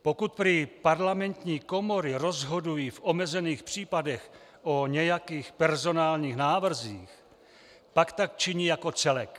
Pokud prý parlamentní komory rozhodují v omezených případech o nějakých personálních návrzích, pak tak činí jako celek.